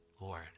Lord